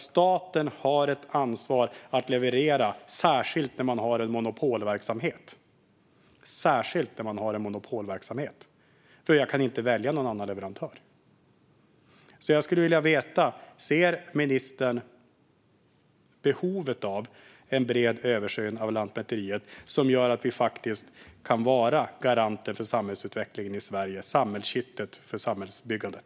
Staten har ett ansvar att leverera, särskilt när man har en monopolverksamhet. Jag kan ju inte välja någon annan leverantör. Jag skulle vilja veta om ministern ser behovet av en bred översyn av Lantmäteriet, som gör att vi faktiskt kan vara garanter för samhällsutvecklingen i Sverige och kittet för samhällsbyggandet?